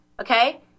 Okay